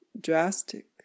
drastic